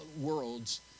worlds